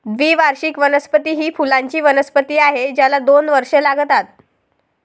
द्विवार्षिक वनस्पती ही फुलांची वनस्पती आहे ज्याला दोन वर्षे लागतात